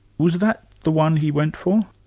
was that the one he went for?